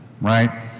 right